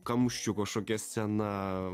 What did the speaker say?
kamščių kažkokia scena